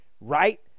right